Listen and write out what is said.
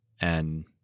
and-